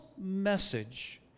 message